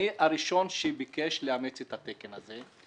אני הראשון שביקש לאמץ את התקן הזה,